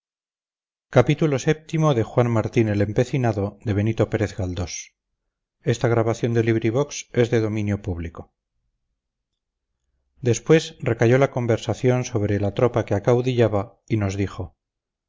deber después recayó la conversación sobre la tropa que acaudillaba y nos dijo